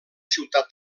ciutat